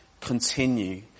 continue